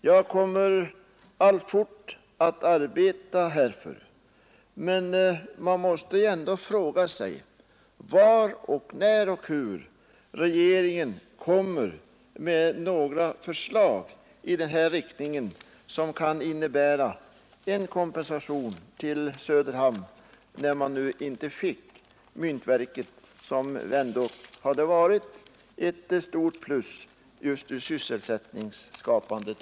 Jag kommer alltfort att arbeta härför, men man måste väl ändå fråga sig var, när och hur regeringen kommer med några förslag i den här riktningen som kan innebära en kompensation till Söderhamn, när man inte fick myntverket, vilket ändå skulle ha inneburit ett stort plus från sysselsättningssynpunkt.